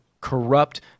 corrupt